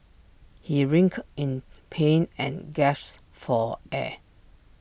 he writhed in pain and gasped for air